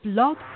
Blog